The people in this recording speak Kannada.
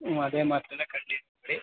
ನೀವು ಅದೇ ಮಾತ್ರೆ ಕಂಟಿನ್ಯೂ ಮಾಡಿ